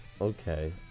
Okay